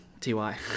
TY